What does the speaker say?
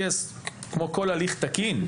כמו כל הליך תקין,